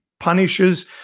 punishes